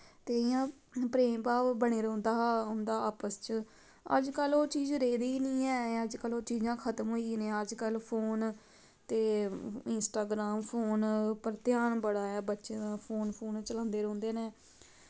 ते इ'यां प्रेम भाव बनी रौंह्दा हा उं'दा आपस च अज कल ओह् चीज़ रेह्दी गै नी ऐ अज कल ओह् चीज़ां खत्म होई गेदियां अज कल फोन ते इन्स्टॉग्राम फोन उप्पर ध्यान बड़ा ऐ बच्चें दा फोन पान चलांदे रौंह्दे नै